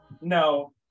No